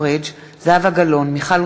הכנסת מיכל